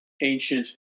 ancient